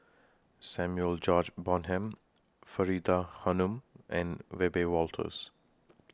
Samuel George Bonham Faridah Hanum and Wiebe Wolters